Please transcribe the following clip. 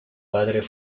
padre